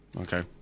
Okay